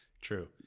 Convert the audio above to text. true